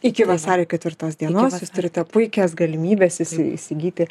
iki vasario ketvirtos dienos jūs turite puikias galimybes įsigyti